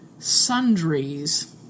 sundries